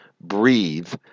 breathe